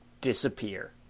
disappear